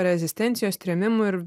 rezistencijos trėmimų ir